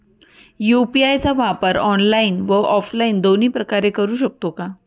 UPI चा वापर online व ऑफलाईन दोन्ही प्रकारे करु शकतो का?